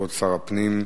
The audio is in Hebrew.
כבוד שר הפנים,